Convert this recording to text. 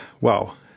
wow